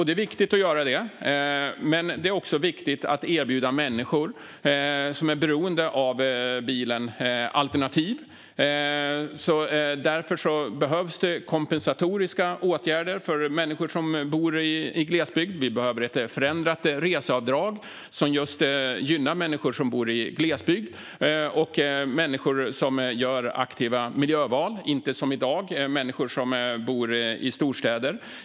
Det är viktigt att göra det, men det är också viktigt att erbjuda människor som är beroende av bilen alternativ. Därför behövs det kompensatoriska åtgärder för människor som bor i glesbygd. Vi behöver ett förändrat reseavdrag som just gynnar människor som bor i glesbygd och människor som gör aktiva miljöval och inte, som i dag, människor som bor i storstäder.